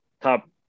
top